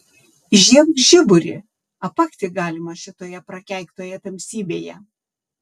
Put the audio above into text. įžiebk žiburį apakti galima šitoje prakeiktoje tamsybėje